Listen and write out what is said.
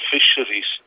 Fisheries